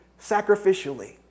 sacrificially